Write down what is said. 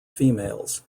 females